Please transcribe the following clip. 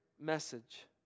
message